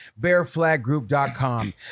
bearflaggroup.com